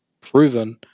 proven